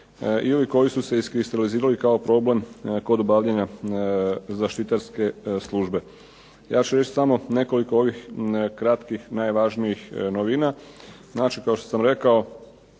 ili koji su se iskristalizirali kao problem kod obavljanja zaštitarske službe. Ja ću još samo nekoliko ovih kratkih najvažnijih novina. Kao što sam rekao